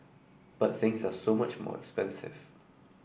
but things are so much more expensive